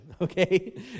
okay